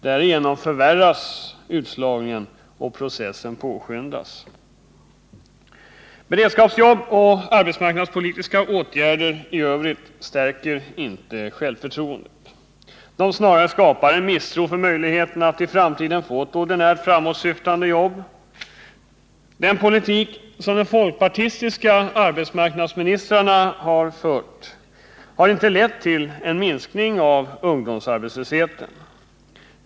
Därigenom förvärras utslagningen, och processen påskyndas. Beredskapsjobb och arbetsmarknadspolitiska åtgärder i övrigt stärker inte självförtroendet. De snarare skapar en misstro avseende möjligheterna att i framtiden få ett ordinärt framåtsyftande jobb. Den politik so:a de folkpartistiska arbetsmarknadsministrarna har fört har inte lett till en minskning av ungdomsarbetslösheten.